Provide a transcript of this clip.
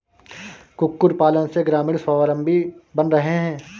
कुक्कुट पालन से ग्रामीण स्वाबलम्बी बन रहे हैं